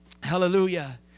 Hallelujah